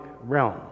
realm